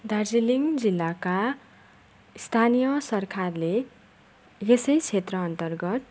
दार्जिलिङ जिल्लाका स्थानीय सरकारले यसै क्षेत्रअन्तर्गत